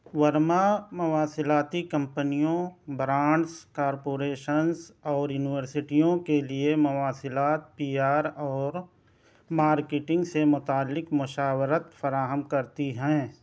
ورما مواصلاتی کمپنیوں brands corporations اور یونیورسٹیوں کے لیے مواصلات پی آر اور مارکیٹنگ سے متعلق مشاورت فراہم کرتی ہیں